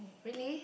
really